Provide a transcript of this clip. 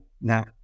now